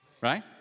Right